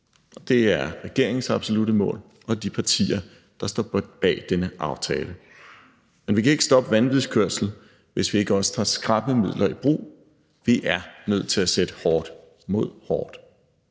Det er regeringens absolutte mål, og det gælder også de partier, der står bag denne aftale, men vi kan ikke stoppe vanvidskørsel, hvis vi ikke også tager skrappe midler i brug. Vi er nødt til at sætte hårdt mod hårdt.